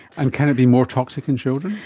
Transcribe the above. and can it be more toxic in children?